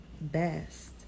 best